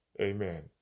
Amen